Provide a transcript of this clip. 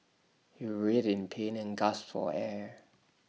he writhed in pain and gasped for air